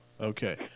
Okay